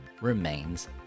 remains